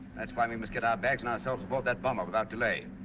that's why we must get our bags and ourselves aboard that bomber without delay.